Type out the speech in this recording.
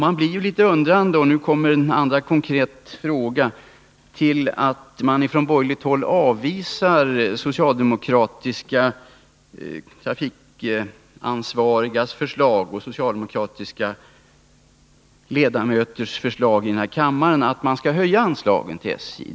Det är förvånande, och i det sammanhanget vill jag ställa en konkret fråga, att man från borgerligt håll avvisar socialdemokatiska trafikansvarigas förslag och socialdemokratiska ledamöters förslag i denna kammare om att anslagen till SJ skall höjas.